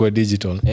digital